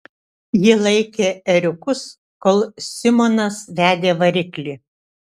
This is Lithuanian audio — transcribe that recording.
ji laikė ėriukus kol simonas vedė variklį